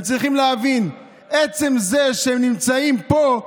הם צריכים להבין: עצם זה שהם נמצאים פה,